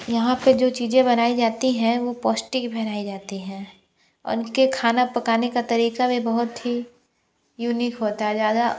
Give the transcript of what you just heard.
यहाँ पे जो चीज़ें बनाई जाती हैं वो पौष्टिक बनाई जाती हैं उनके खाना पकाने का तरीका भी बहुत ही यूनीक होता है ज़्यादा